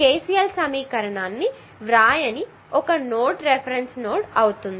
KCL సమీకరణాన్ని వ్రాయని ఒక నోడ్ రిఫరెన్స్ నోడ్ అవుతుంది